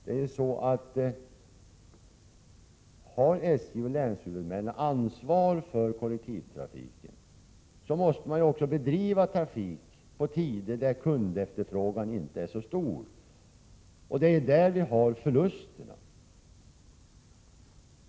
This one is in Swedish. Men har SJ och länshuvudmännen ansvar för kollektivtrafiken måste man också bedriva trafik under tider då kundernas efterfrågan inte är så stor. Det är därvidlag förlusterna uppkommer.